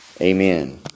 Amen